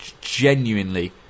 genuinely